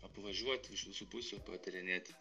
apvažiuot iš visų pusių patyrinėti